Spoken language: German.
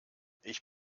ich